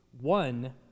one